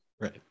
right